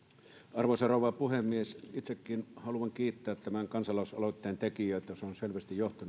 arvoisa rouva puhemies itsekin haluan kiittää tämän kansalaisaloitteen tekijöitä se on selvästi johtanut jo